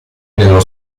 nello